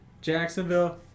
Jacksonville